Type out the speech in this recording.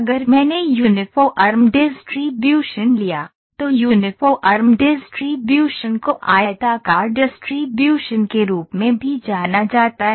अगर मैंने uniform distribution लिया तो यूनिफ़ॉर्म डिस्ट्रीब्यूशन को आयताकार डिस्ट्रीब्यूशन के रूप में भी जाना जाता है